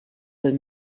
but